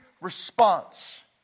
response